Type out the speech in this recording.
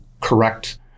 correct